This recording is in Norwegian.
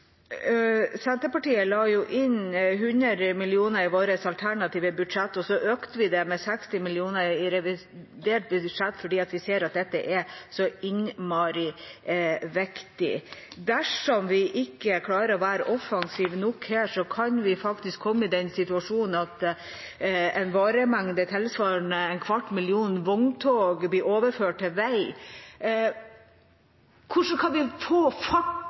Senterpartiet la inn 100 mill. kr i vårt alternative budsjett, og så økte vi det med 60 mill. kr i revidert budsjett, for vi ser at det er så innmari viktig. Dersom vi ikke klarer å være offensive nok, kan vi faktisk komme i den situasjonen at en varemengde tilsvarende en kvart million vogntog blir overført til vei. Hvordan kan vi få